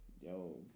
yo